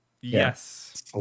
Yes